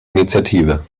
initiative